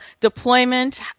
deployment